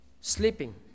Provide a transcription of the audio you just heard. sleeping